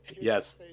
Yes